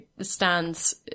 stands